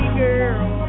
girl